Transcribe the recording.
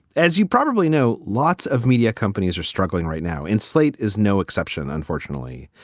as you probably know, lots of media companies are struggling right now in slate is no exception, unfortunately.